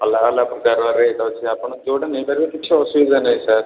ଭଲ ଭଲ ପ୍ରକାରର ରେଟ୍ ଅଛି ଆପଣ ଯେଉଁଟା ନେଇ ପାରିବେ କିଛି ଅସୁବିଧା ନାଇଁ ସାର୍